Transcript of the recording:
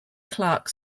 clarke